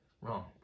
wrong